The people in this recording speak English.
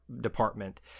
department